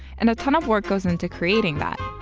and a ton of work goes into creating that.